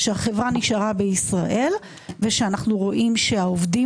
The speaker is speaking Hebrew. שהחברה נשארה בישראל ושאנחנו רואים שהעובדים